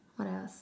what else